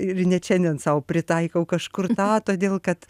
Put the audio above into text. ir net šiandien sau pritaikau kažkur tą todėl kad